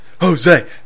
Jose